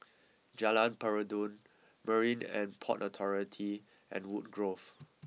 Jalan Peradun Marine and Port Authority and Woodgrove